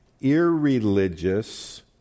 irreligious